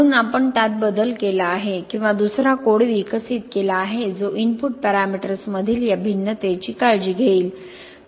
म्हणून आपण त्यात बदल केला आहे किंवा दुसरा कोड विकसित केला आहे जो इनपुट पॅरामीटर्समधील या भिन्नतेची काळजी घेईल